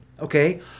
Okay